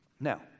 Now